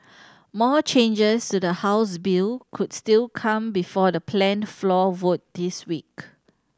more changes to the House bill could still come before the planned floor vote this week